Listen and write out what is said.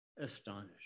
astonished